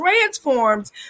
transformed